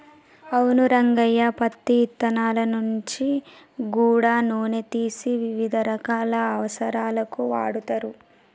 అవును రంగయ్య పత్తి ఇత్తనాల నుంచి గూడా నూనె తీసి వివిధ రకాల అవసరాలకు వాడుతరు